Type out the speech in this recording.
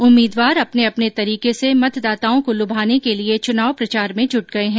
उम्मीदवार अपने अपने तरीके से मतदाताओं को लुभाने के लिए चुनाव प्रचार में जुट गये हैं